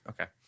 Okay